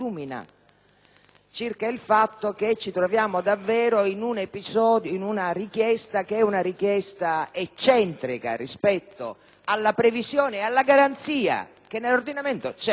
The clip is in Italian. circa il fatto che ci troviamo davvero di fronte ad una richiesta eccentrica rispetto alla previsione e alla garanzia che nell'ordinamento